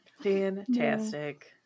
Fantastic